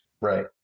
Right